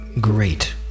great